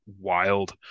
wild